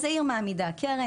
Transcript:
העיר מעמידה קרן,